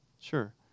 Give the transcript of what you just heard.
Sure